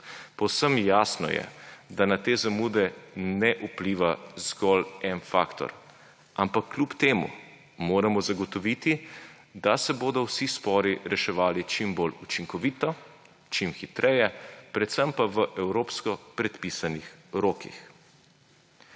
Povsem jasno je, da na te zamude ne vpliva zgolj en faktor, ampak kljub temu moramo zagotoviti, da se bodo vsi spori reševali čim bolj učinkovito, čim hitreje, predvsem pa v evropsko predpisanih rokih.